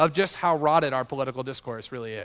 of just how rotten our political discourse really